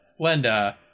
Splenda